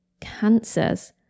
cancers